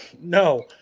No